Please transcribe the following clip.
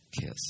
kiss